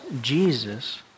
Jesus